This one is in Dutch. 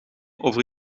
over